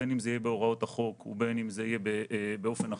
בין אם זה יהיה בהוראות החוק ובין אם זה יהיה באופן אחר,